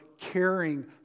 caring